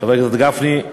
חבר הכנסת גפני,